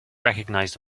recognized